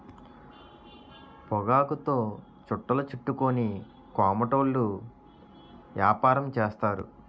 పొగాకుతో చుట్టలు చుట్టుకొని కోమటోళ్ళు యాపారం చేస్తారు